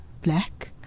black